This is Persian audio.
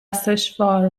سشوار